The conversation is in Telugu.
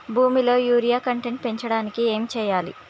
భూమిలో యూరియా కంటెంట్ పెంచడానికి ఏం చేయాలి?